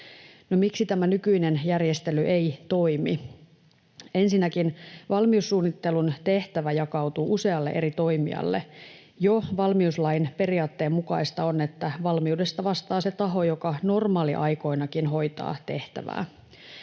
miksi tämä nykyinen järjestely ei toimi? Ensinnäkin: Valmiussuunnittelun tehtävä jakautuu usealle eri toimijalle. Jo valmiuslain periaatteen mukaista on, että valmiudesta vastaa se taho, joka normaaliaikoinakin hoitaa tehtävää.